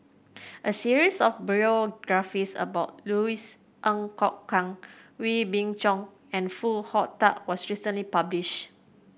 a series of biographies about Louis Ng Kok Kwang Wee Beng Chong and Foo Hong Tatt was recently published